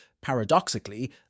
paradoxically